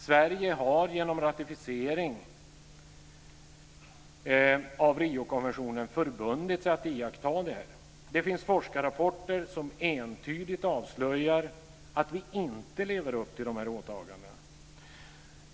Sverige har genom ratificering av Riokonventionen förbundit sig att iaktta detta. Det finns forskarrapporter som entydigt avslöjar att vi inte lever upp till de här åtagandena.